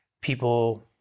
people